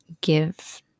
give